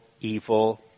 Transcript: evil